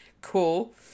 cool